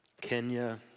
Kenya